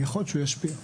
יכול להיות שהוא ישפיע.